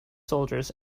soldiers